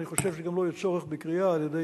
אני חושב שגם לא יהיה צורך בקריאה על-ידי